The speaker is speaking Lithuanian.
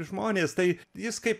žmonės tai jis kaip